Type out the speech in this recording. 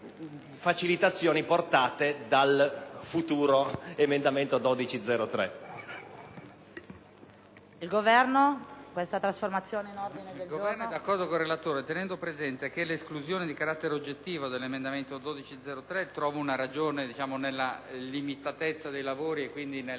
il Governo è d'accordo con il relatore, tenendo presente che l'esclusione di carattere oggettivo dell'emendamento 12.0.3 trova una ragione nella limitatezza dei lavori e, quindi, nella